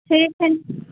ठीक है